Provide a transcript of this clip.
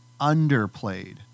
underplayed